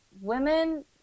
women